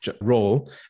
role